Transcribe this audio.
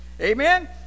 amen